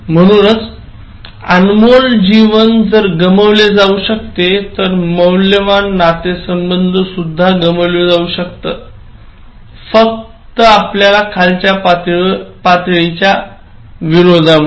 म्हणूनच अनमोल जीवन जर गमावले जाऊ शकते तर मौल्यवान नातेसंबंध सुद्धा गमावले जाऊ शकतात फक्त आपल्या खालच्या पातळीवरील विनोदामुळे